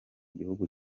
gihugu